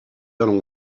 allons